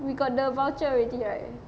we got the voucher already right